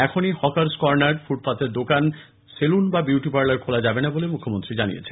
এখনই hawkers corner ফুটপাতের দোকান সেলুন বা বিউটি পার্লার খোলা যাবে না বলে মুখ্যমন্ত্রী জানিয়েছেন